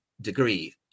degree